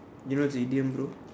you know what's a idiom bro